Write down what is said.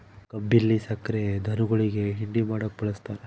ಕಬ್ಬಿಲ್ಲಿ ಸಕ್ರೆ ಧನುಗುಳಿಗಿ ಹಿಂಡಿ ಮಾಡಕ ಬಳಸ್ತಾರ